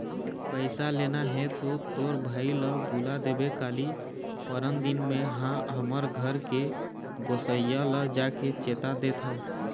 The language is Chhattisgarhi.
पइसा लेना हे तो तोर भाई ल बुला देबे काली, परनदिन में हा हमर घर के गोसइया ल जाके चेता देथव